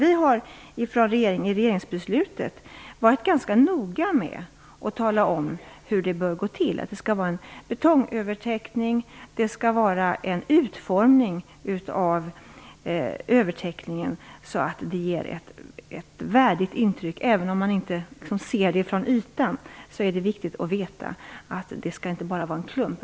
Vi har i regeringsbeslutet varit ganska noga med att tala om hur det bör gå till, att det skall vara en betongövertäckning och att utformningen av övertäckningen skall ge ett värdigt intryck. Även om man inte ser den från ytan, är det viktigt att veta att det inte bara är en klump.